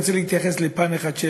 אני רוצה להתייחס לפן אחד,